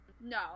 No